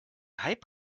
hype